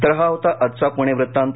तर हा होता आजचा पुणे वृत्तांत